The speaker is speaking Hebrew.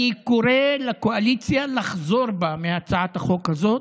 אני קורא לקואליציה לחזור בה מהצעת החוק הזאת,